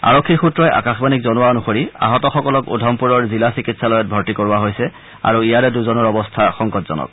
আৰক্ষীৰ সূত্ৰই আকাশবাণীক জনোৱা অনুসৰি আহতসকলক উধমপুৰৰ জিলা চিকিৎসালয়ত ভৰ্তি কৰোৱা হৈছে আৰু ইয়াৰে দুজনৰ অৱস্থা সংকটজনক